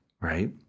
right